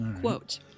Quote